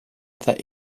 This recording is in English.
that